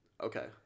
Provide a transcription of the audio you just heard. Okay